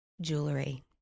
jewelry